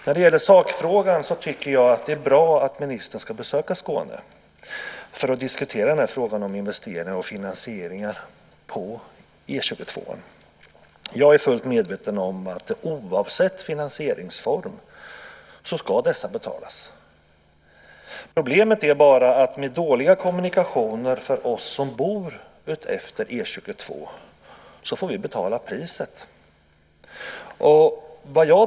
När det gäller sakfrågan tycker jag att det är bra att ministern ska besöka Skåne för att diskutera frågan om investeringar och finansieringar av E 22. Jag är fullt medveten om att oavsett finansieringsform ska dessa betalas. Problemet är bara att med dåliga kommunikationer för oss som bor utefter E 22 får vi betala priset.